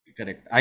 Correct